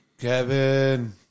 Kevin